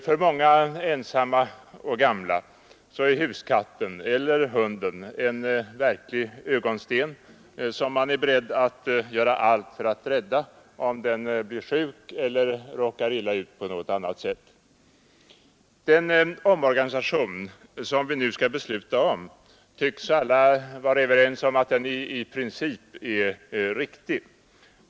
För många ensamma och gamla är huskatten eller hunden en verklig ögonsten som man är beredd att göra allt för att rädda, om den blir sjuk eller råkar illa ut på annat sätt. Alla tycks vara överens om att den omorganisation som vi nu skall besluta om i princip är riktig.